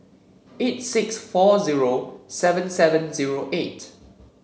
eight six four zero seven seven zero eight